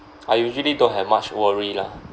I usually don't have much worry lah